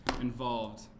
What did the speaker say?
involved